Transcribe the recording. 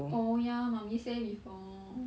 oh ya mummy say before